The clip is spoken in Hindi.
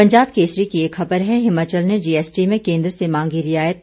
पंजाब केसरी की एक खबर है हिमाचल ने जीएसटी में केंद्र से मांगी रियायत